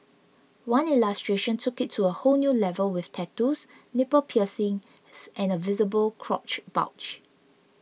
one illustration took it to a whole new level with tattoos nipple piercings and a visible crotch bulge